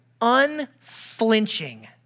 unflinching